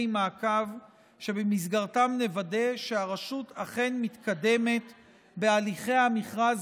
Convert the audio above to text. מעקב שבמסגרתם נוודא שהרשות אכן מתקדמת בהליכי המכרז